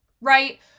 right